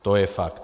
To je fakt.